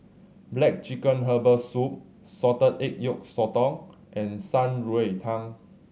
black chicken herbal soup salted egg yolk sotong and Shan Rui Tang